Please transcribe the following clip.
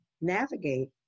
navigate